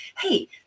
Hey